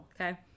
okay